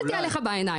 הסתכלתי עליך בעיניים.